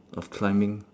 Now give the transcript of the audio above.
of climbing